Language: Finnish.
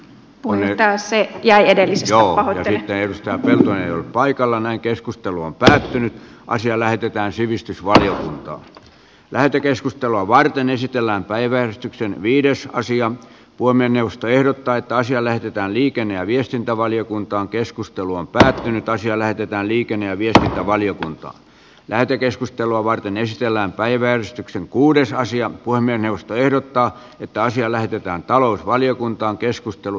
voi löytää se jäi edellisessä on eri levystä oli paikalla näin keskustelu on päättynyt ja asia lähetetään sivistysvaliokuntaan lähetekeskustelua varten esitellään päiväystyksen viides asian puomien jaosto ehdottaa että asia lähetetään liikenne ja viestintävaliokuntaa keskustelu on päättynyt tai siellä pitää liikennevirtaan ja valiokunta lähetekeskustelua varten esitellään päiväystyksen kuuden saisi apua puhemiesneuvosto ehdottaa että asia lähetetään talousvaliokuntaan